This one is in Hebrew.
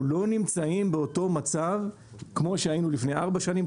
אנחנו לא נמצאים באותו מצב כמו שהיינו לפני ארבע שנים,